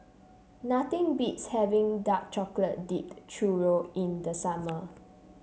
nothing beats having Dark Chocolate Dipped Churro in the summer